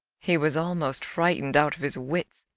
he was almost frightened out of his wits,